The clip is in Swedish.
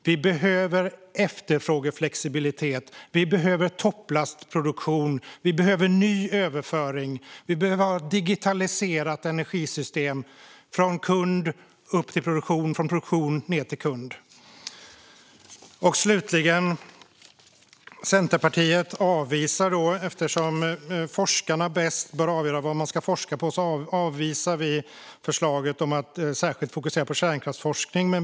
Vi behöver efterfrågeflexibilitet. Vi behöver topplastproduktion. Vi behöver ny överföring. Vi behöver ha ett digitaliserat energisystem från kund upp till produktion och från produktion ned till kund. Slutligen vill jag säga att Centerpartiet avvisar förslaget om att särskilt satsa på kärnkraftsforskning eftersom forskarna själva bäst bör avgöra vad de ska forska på.